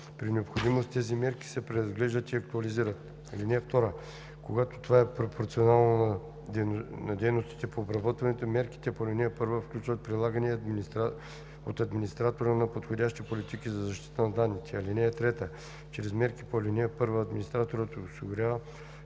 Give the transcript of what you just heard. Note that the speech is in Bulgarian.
При необходимост тези мерки се преразглеждат и актуализират. (2) Когато това е пропорционално на дейностите по обработване, мерките по ал. 1 включват прилагане от администратора на подходящи политики за защита на данните. (3) Чрез мерки по ал. 1 администраторът осигурява